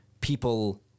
people